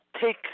take